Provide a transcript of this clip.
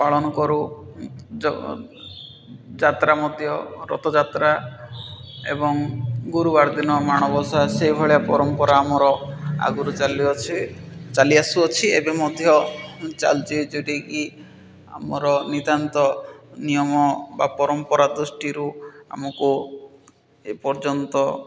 ପାଳନ କରୁ ଯାତ୍ରା ମଧ୍ୟ ରଥଯାତ୍ରା ଏବଂ ଗୁରୁବାର ଦିନ ମାଣବସା ସେଇଭଳିଆ ପରମ୍ପରା ଆମର ଆଗରୁ ଚାଲିଅଛି ଚାଲି ଆସୁଅଛି ଏବେ ମଧ୍ୟ ଚାଲିଛି ଯେଉଁଟାକି ଆମର ନିତ୍ୟାନ୍ତ ନିୟମ ବା ପରମ୍ପରା ଦୃଷ୍ଟିରୁ ଆମକୁ ଏ ପର୍ଯ୍ୟନ୍ତ